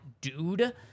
dude